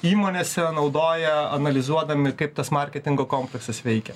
įmonėse naudoja analizuodami kaip tas marketingo kompleksas veikia